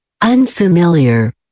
Unfamiliar